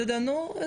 אתה יודע, נו.